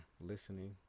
listening